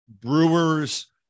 brewers